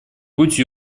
путь